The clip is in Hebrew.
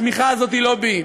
התמיכה הזאת היא לא בי,